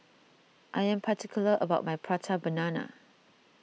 I am particular about my Prata Banana